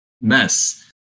mess